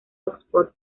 oxford